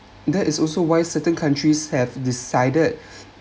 that is also why certain countries have decided